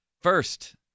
First